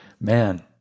man